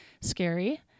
scary